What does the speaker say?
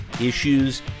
issues